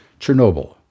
Chernobyl